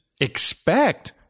expect